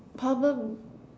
probab~